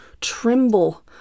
tremble